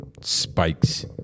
spikes